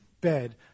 bed